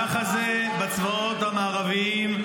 ככה זה בצבאות המערביים,